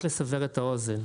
רק לסבר את האוזן,